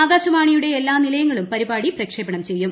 ആകാശവാണിയുടെ എല്ലാ നിലയങ്ങളും പരിപാടി പ്രക്ഷേപണം ചെയ്യും